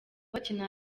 bakina